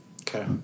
Okay